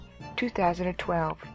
2012